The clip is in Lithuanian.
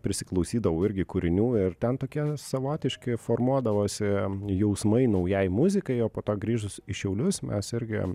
prisiklausydavau irgi kūrinių ir ten tokie savotiški formuodavosi jausmai naujai muzikai o po to grįžus į šiaulius mes irgi